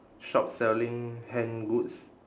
shop selling hand goods